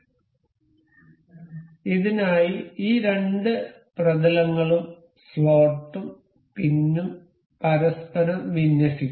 അതിനാൽ ഇതിനായി ഈ രണ്ട് പ്രാതലങ്ങളും സ്ലോട്ടും പിന്നും പരസ്പരം വിന്യസിക്കാം